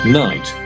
night